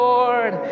Lord